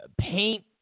paint